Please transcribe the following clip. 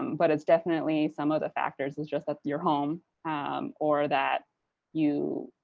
um but it's definitely some of the factors. it's just that you're home or that you,